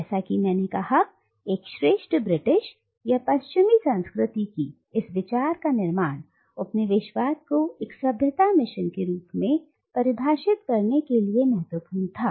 जैसा कि मैंने कहा एक श्रेष्ठ ब्रिटिश या पश्चिमी संस्कृति कि इस विचार का निर्माण उपनिवेशवाद को एक सभ्यता मिशन के रूप में परिभाषित करने में महत्वपूर्ण था